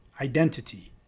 identity